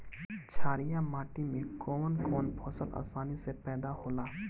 छारिया माटी मे कवन कवन फसल आसानी से पैदा होला?